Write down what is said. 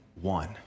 one